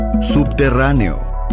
Subterráneo